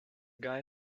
guy